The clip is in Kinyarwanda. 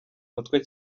matwi